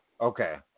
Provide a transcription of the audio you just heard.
Okay